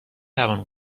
توان